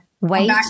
wait